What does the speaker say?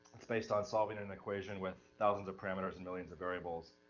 it's based on solving an equation with thousands of parameters and millions of variables.